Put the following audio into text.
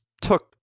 took